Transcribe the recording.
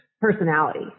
personality